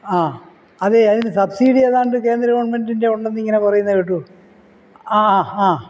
ആ അതേ അതിന് സബ്സിഡി ഏതാണ്ട് കേന്ദ്ര ഗവണ്മെന്റിന്റെ ഉണ്ടെന്നിങ്ങനെ പറയുന്നത് കേട്ടു ആ ആ